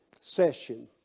Session